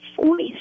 voice